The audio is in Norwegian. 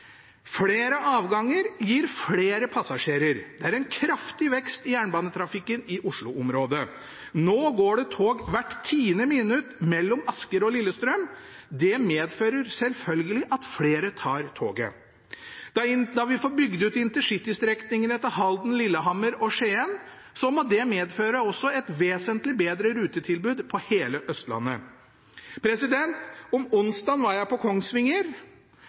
Flere avganger gir flere passasjerer. Det er en kraftig vekst i jernbanetrafikken i Oslo-området. Nå går det tog hvert tiende minutt mellom Asker og Lillestrøm. Det medfører selvfølgelig at flere tar toget. Når vi får bygd ut intercitystrekningene til Halden, Lillehammer og Skien, må det medføre et vesentlig bedre rutetilbud på hele Østlandet. På onsdag var jeg på Kongsvinger.